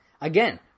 again